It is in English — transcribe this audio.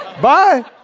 Bye